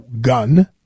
gun